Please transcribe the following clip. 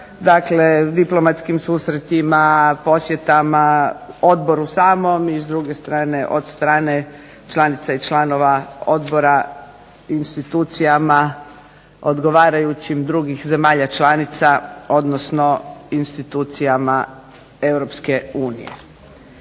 dakle diplomatskim susretima, posjetima, Odboru samom i s druge strane od članica i članova Odbora institucijama odgovarajućih drugih zemalja članica odnosno institucijama Europske unije.